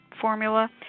formula